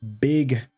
big